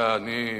אדוני היושב-ראש,